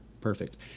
Perfect